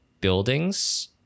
buildings